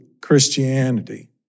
Christianity